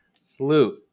Salute